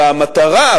כשהמטרה,